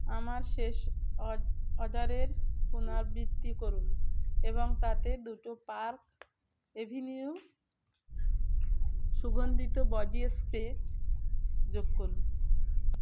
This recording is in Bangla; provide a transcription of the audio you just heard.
আমার শেষ অর্ডারের পুনরাবৃত্তি করুন এবং তাতে দুটো পার্ক এভিনিউ সুগন্ধিত বডি স্প্রে যোগ করুন